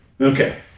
Okay